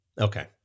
Okay